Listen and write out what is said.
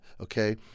okay